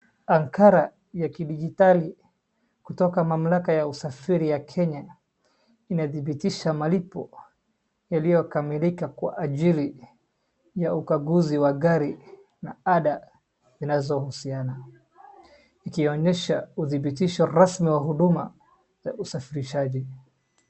Nakala ya kijiditali kutoka mamlaka ya usafri ya Kenya inadhibitisha malipo yaliyokamilika kwa ajili ya ukaguzi wa gari na ada zinazohusiana. Ikionyesha udhibiti rasmi wa huduma ya usafirishaji.